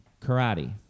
Karate